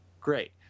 Great